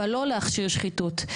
אבל לא להכשיר שחיתות.